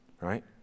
right